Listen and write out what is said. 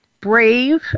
brave